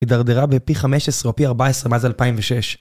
היתדרדרה בפי 15 או פי 14 מאז 2006